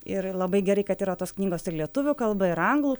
ir labai gerai kad yra tos knygos ir lietuvių kalba ir anglų